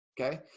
okay